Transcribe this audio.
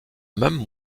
même